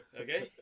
okay